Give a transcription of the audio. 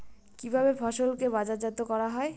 কিভাবে ফসলকে বাজারজাত করা হয়?